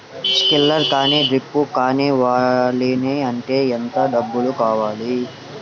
Sprinkler కానీ డ్రిప్లు కాని కావాలి అంటే ఎంత డబ్బులు కట్టాలి?